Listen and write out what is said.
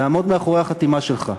תעמוד מאחורי החתימה שלך.